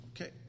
Okay